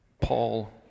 Paul